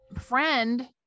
friend